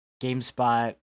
Gamespot